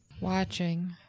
Watching